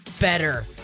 better